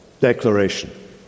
declaration